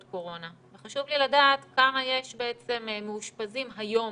קורונה וחשוב לי לדעת כמה יש מאושפזים היום